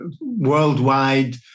worldwide